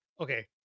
okay